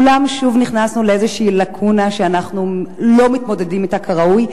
אולם שוב נכנסנו לאיזו לקונה שאנחנו לא מתמודדים אתה כראוי,